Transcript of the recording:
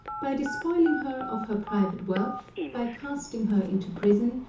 by despoiling her of her private wealth, by casting her into prison,